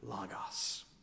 Lagos